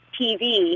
TV